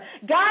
God